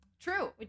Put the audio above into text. True